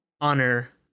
honor